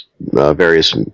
various